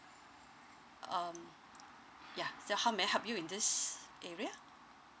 um yeah so how may I help you in this area